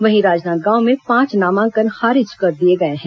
वहीं राजनांदगांव में पांच नामांकन खारिज कर दिए गए हैं